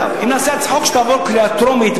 אגב: אם נעשה הצעת חוק שתעבור קריאה טרומית,